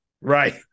Right